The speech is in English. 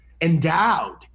endowed